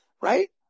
right